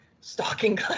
stalking